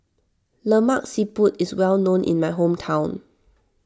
Lemak Siput is well known in my hometown